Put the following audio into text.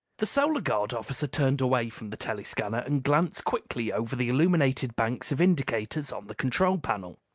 the solar guard officer turned away from the telescanner and glanced quickly over the illuminated banks of indicators on the control panel.